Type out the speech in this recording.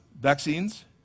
vaccines